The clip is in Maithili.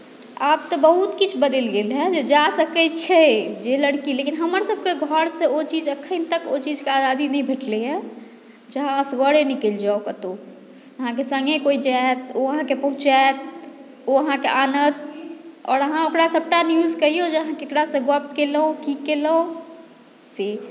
आब तऽ बहुत कछु बदलि गेल हेँ जे जा सकैत छै जे लड़की लेकिन हमरसभके घरसँ ओ चीज एखन तक ओ चीजके आजादी नहि भेटलै हेँ जे अहाँ असगरे निकलि जाउ कतहु अहाँके सङ्गे केयो जायत ओ अहाँकेँ पहुँचायत ओ अहाँकेँ आनत आओर अहाँ ओकरा सभटा न्यूज कहियौ जे अहाँ ककरासँ गप्प केलहुँ की केलहुँ से